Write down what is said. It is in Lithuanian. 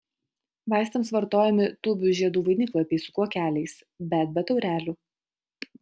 vaistams vartojami tūbių žiedų vainiklapiai su kuokeliais bet be taurelių